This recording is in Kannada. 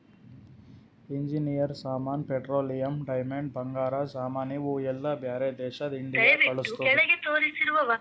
ಇಂಜಿನೀಯರ್ ಸಾಮಾನ್, ಪೆಟ್ರೋಲಿಯಂ, ಡೈಮಂಡ್, ಬಂಗಾರ ಸಾಮಾನ್ ಇವು ಎಲ್ಲಾ ಬ್ಯಾರೆ ದೇಶಕ್ ಇಂಡಿಯಾ ಕಳುಸ್ತುದ್